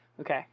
Okay